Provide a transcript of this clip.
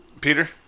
Peter